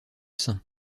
sein